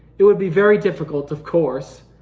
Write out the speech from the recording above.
it would be very difficult of course,